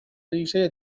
ریشه